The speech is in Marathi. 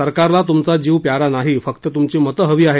सरकारला तुमचा जीव प्यारा नाही फक्त तुमची मतं हवी आहेत